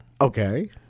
Okay